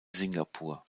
singapur